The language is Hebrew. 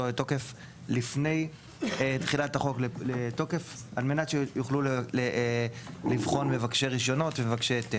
לתוקף לפני תחילת החוק על מנת שיוכלו לבחון מבקשי רישיונות ומבקשי היתר.